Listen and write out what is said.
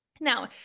Now